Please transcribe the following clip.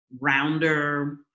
rounder